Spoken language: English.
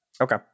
Okay